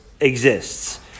exists